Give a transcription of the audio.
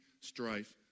strife